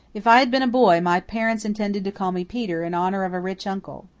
if i had been a boy my parents intended to call me peter in honour of a rich uncle.